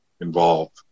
involved